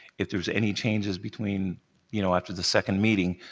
if there's any changes between you know, after the second meeting,